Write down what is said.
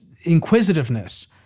inquisitiveness